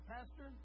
Pastor